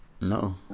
No